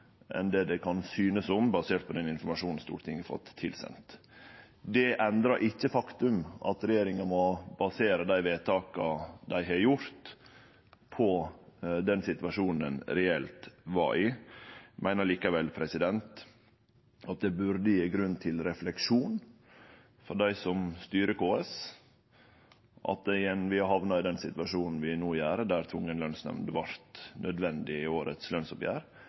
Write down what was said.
enn det det kan synast som, basert på den informasjonen Stortinget har fått tilsendt. Det endrar ikkje det faktum at regjeringa må basere dei vedtaka dei har gjort, på den situasjonen ein reelt var i. Eg meiner likevel det burde gje grunn til refleksjon for dei som styrer KS, at vi har hamna i den situasjonen vi no er i, der tvungen lønsnemnd vart nødvendig i årets